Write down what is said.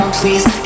please